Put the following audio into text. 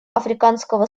африканского